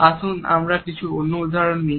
আসুন আমরা কিছু অন্য উদাহরণ দেখে নেই